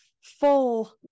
full